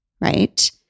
right